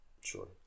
Sure